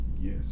Yes